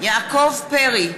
יעקב פרי,